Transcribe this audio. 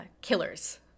killers